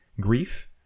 grief